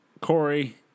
Corey